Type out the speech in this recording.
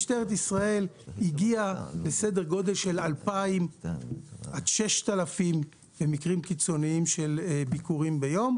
משטרת ישראל הגיעה לסדר גודל של 2,000 עד 6,000 של ביקורים ביום.